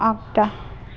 आग्दा